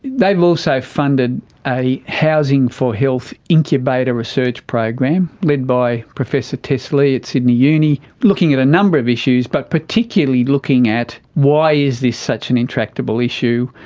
they've also funded a housing for health incubator research program led by professor tess lea at sydney uni, looking at a number of issues, but particularly looking at why is this such an intractable issue.